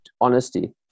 honesty